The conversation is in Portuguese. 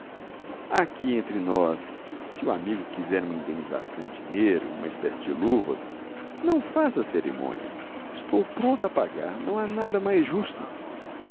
aqui entre nós se o amigo quiser uma indenização em dinheiro uma espécie de luvas não faça cerimônia estou pronto a pagar não há nada mais justo